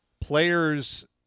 players